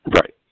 Right